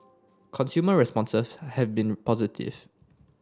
consumer responses have been positive